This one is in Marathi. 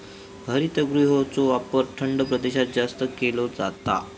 हरितगृहाचो वापर थंड प्रदेशात जास्त केलो जाता